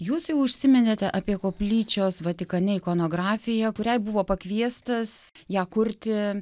jūs jau užsiminėte apie koplyčios vatikane ikonografiją kuriai buvo pakviestas ją kurti